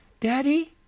Daddy